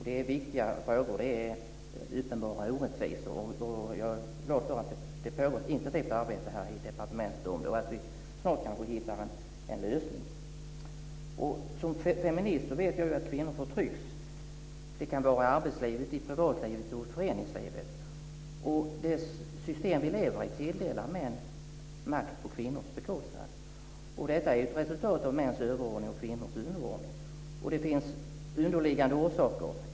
Det är viktiga frågor, och det handlar om uppenbara orättvisor. Jag är glad att det pågår ett intensivt arbete i departementet och att vi snart kanske hittar en lösning. Som feminist vet jag att kvinnor förtrycks. Det kan vara i arbetslivet, i privatlivet och i föreningslivet. Det system vi lever i tilldelar män makt på kvinnors bekostnad. Detta är ett resultat av mäns överordning och kvinnors underordning. Det finns underliggande orsaker.